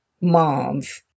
moms